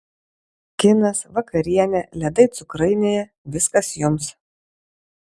kinas vakarienė ledai cukrainėje viskas jums